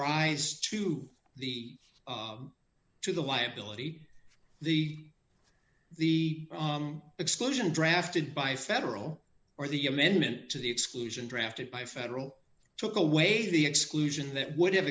rise to the to the liability of the the exclusion drafted by federal or the amendment to the exclusion drafted by federal took away the exclusion that would have